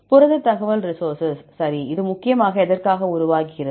புரத தகவல் ரிசோர்ஸ் சரி எனவே இது முக்கியமாக எதற்காக உருவாகிறது